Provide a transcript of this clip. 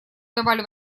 давали